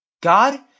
God